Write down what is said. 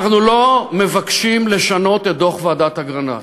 אנחנו לא מבקשים לשנות את דוח ועדת אגרנט.